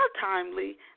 timely